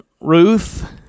Ruth